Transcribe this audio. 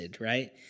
right